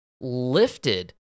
lifted